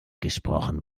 gesprochen